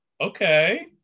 okay